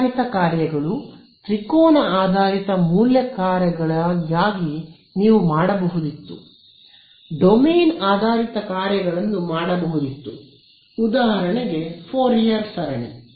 ಆಧಾರಿತ ಕಾರ್ಯಗಳು ತ್ರಿಕೋನ ಆಧಾರಿತ ಮೂಲ ಕಾರ್ಯಗಳಿಗಾಗಿ ನೀವು ಮಾಡಬಹುದಿತ್ತು ಡೊಮೇನ್ ಆಧಾರಿತ ಕಾರ್ಯಗಳನ್ನು ಮಾಡಬಹುದಿತ್ತು ಉದಾಹರಣೆಗೆ ಫೋರಿಯರ್ ಸರಣಿ